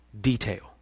detail